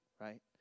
right